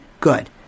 Good